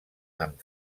amb